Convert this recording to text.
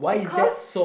because